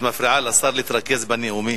את מפריעה לשר להתרכז בנאומים.